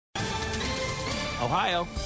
Ohio